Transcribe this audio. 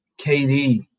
KD